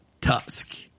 Tusk